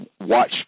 watch